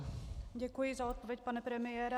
Děkuji za odpověď, pane premiére.